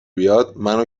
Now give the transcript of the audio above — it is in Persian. بیاد، منو